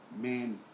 man